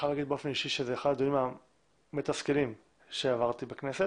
להגיד באופן אישי שזה אחד הדיונים המתסכלים שעברתי בכנסת.